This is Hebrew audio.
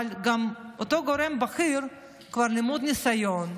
אבל גם אותו גורם בכיר כבר למוד ניסיון,